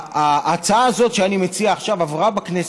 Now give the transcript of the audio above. ההצעה הזאת שאני מציע עכשיו עברה בכנסת,